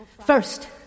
First